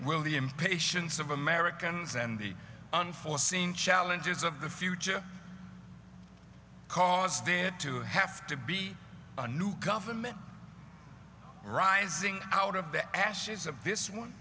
impatience of americans and the unforeseen challenges of the future cause there to have to be a new government rising out of the ashes of this one